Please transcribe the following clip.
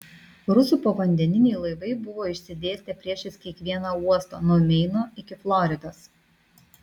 rusų povandeniniai laivai buvo išsidėstę priešais kiekvieną uostą nuo meino iki floridos